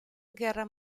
guerra